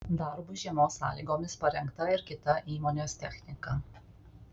darbui žiemos sąlygomis parengta ir kita įmonės technika